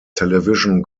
television